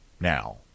Now